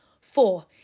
Four